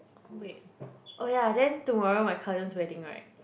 oh wait oh ya then tomorrow my cousin's wedding right